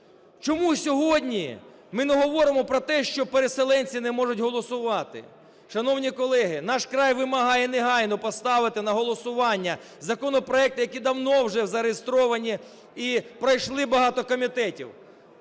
Чому сьогодні ми не говоримо про те, що переселенці не можуть голосувати? Шановні колеги, "Наш край" вимагає негайно поставити на голосування законопроекти, які давно вже зареєстровані і пройшли багато комітетів.